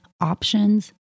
options